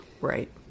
Right